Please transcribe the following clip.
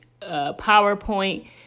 PowerPoint